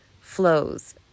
flows